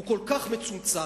הוא כל כך מצומצם.